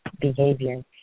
behavior